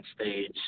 stage